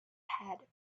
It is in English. had